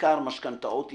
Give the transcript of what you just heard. בעיקר משכנתאות ישנות.